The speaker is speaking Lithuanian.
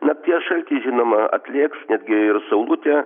nakties šaltis žinoma atlėgs netgi ir saulutė